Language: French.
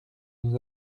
nous